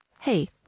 Hey